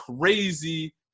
crazy